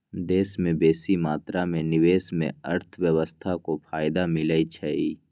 देश में बेशी मात्रा में निवेश से अर्थव्यवस्था को फयदा मिलइ छइ